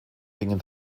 gingen